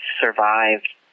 survived